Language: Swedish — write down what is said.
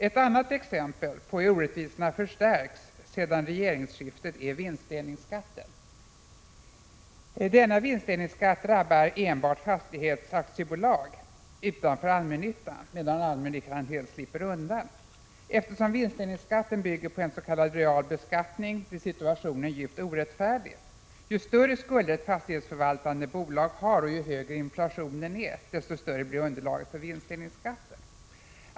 Ett annat exempel på hur orättvisorna förstärkts under Hans Gustafssons tid som bostadsminister är vinstdelningsskatten. Denna vinstdelningsskatt drabbar enbart fastighetsaktiebolag utanför allmännyttan, medan allmännyttan helt slipper undan. Eftersom vinstdelningsskatten bygger på en s.k. real beskattning, blir situationen djupt orättfärdig. Ju större skulder ett fastighetsförvaltande bolag har och ju högre inflationen är, desto större blir underlaget för vinstdelningsskatten.